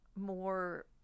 more